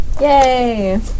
Yay